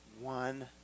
one